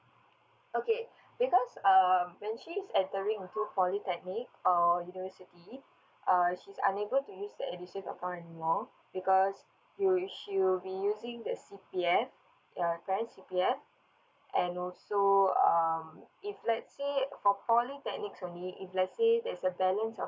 okay because um when she is entering into polytechnic or university uh she's unable to use the edusave account anymore because you she'll be using the C_P_F ya parent's C_P_F and also um if let's say for polytechnic only if let's say there's a balance of